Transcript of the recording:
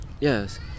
yes